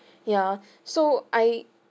yeah so I